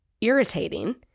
irritating